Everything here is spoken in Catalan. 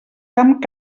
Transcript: camp